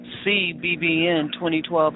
cbbn2012